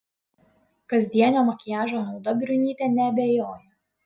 kasdienio makiažo nauda briunytė neabejoja